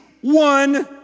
one